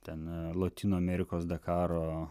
ten lotynų amerikos dakaro